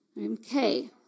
Okay